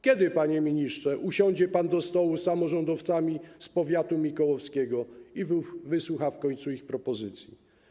Kiedy, panie ministrze, usiądzie pan do stołu z samorządowcami z powiatu mikołowskiego i wysłucha w końcu ich propozycji?